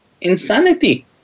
insanity